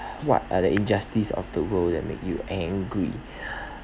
what are the injustice of the world that make you angry